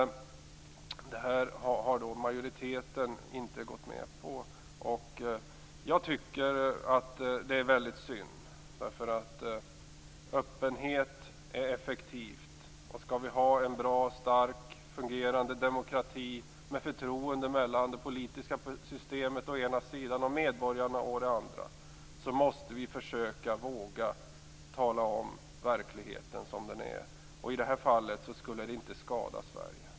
Detta har majoriteten inte gått med på. Jag tycker att det är väldigt synd, därför att öppenhet är effektivt. Skall vi har en bra och stark fungerande demokrati där det finns förtroende mellan det politiska systemet å en a sidan och medborgarna å den andra måste vi försöka våga tala om verkligheten som den är. I detta fall skulle det inte skada Sverige.